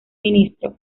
ministro